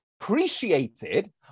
appreciated